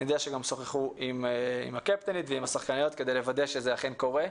אני גם יודע ששוחחו עם הקפטנית והשחקניות כדי לוודא שזה אכן קורה.